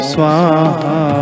Swaha